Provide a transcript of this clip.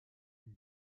une